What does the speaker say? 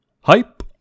hype